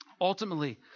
Ultimately